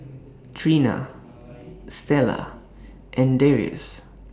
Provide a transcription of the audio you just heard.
Trina Stella and Darrius